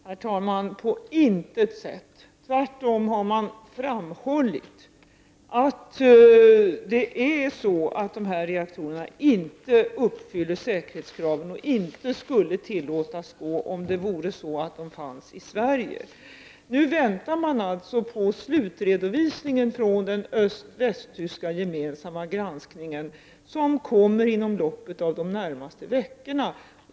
Herr talman! På intet sätt. Man har tvärtom framhållit att de här reaktorerna inte uppfyller säkerhetskraven och att de inte skulle tillåtas vara i drift här i Sverige. Nu väntar man alltså på slutredovisningen när det gäller den gemensamma östoch västtyska granskningen, som kommer att presenteras inom de närmaste veckorna.